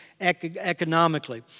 economically